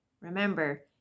remember